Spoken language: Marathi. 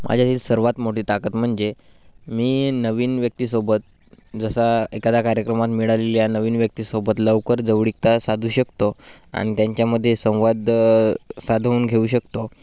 माझ्या ही सर्वात मोठी ताकद म्हणजे मी नवीन व्यक्तीसोबत जसा एखादा कार्यक्रमात मिळालेल्या नवीन व्यक्तीसोबत लवकर जवळीकता साधू शकतो आणि त्यांच्यामध्ये संवाद साधून घेऊ शकतो